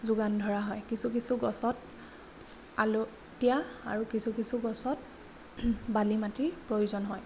যোগান ধৰা হয় কিছু কিছু গছত আলটীয়া আৰু কিছু কিছু গছত বালি মাটিৰ প্ৰয়োজন হয়